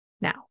Now